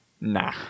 Nah